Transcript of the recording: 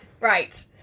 Right